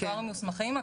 האקטוארים המוסמכים,